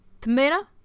Tomato